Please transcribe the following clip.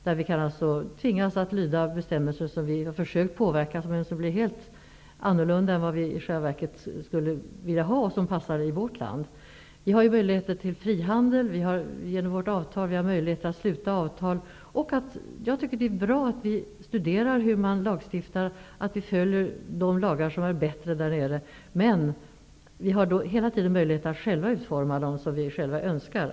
Där kan vi alltså tvingas att lyda bestämmelser som vi har försökt att påverka, men som blir helt annorlunda än de bestämmelser som vi i själva verket skulle vilja ha och som inte passar i vårt land. Vi har möjlighet till frihandel. Vi har genom vårt avtal möjligheter att sluta avtal. Jag tycker att det är bra att vi studerar hur man lagstiftar och att vi följer de lagar som är bättre där nere. Men vi skall hela tiden ha möjligheten att själva utforma de lagar som vi själva önskar.